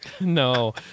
No